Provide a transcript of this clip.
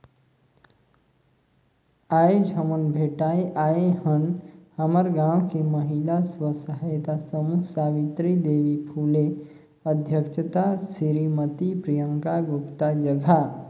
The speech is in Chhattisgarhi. आयज हमन भेटाय आय हन हमर गांव के महिला स्व सहायता समूह सवित्री देवी फूले अध्यक्छता सिरीमती प्रियंका गुप्ता जघा